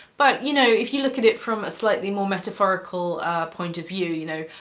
but, you know, if you look at it from a slightly more metaphorical point of view, you know,